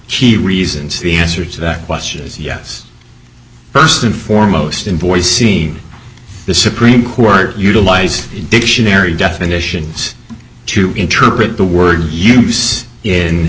key reasons the answer to that question is yes first and foremost in boys seem the supreme court utilize dictionary definitions to interpret the word use in